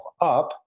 up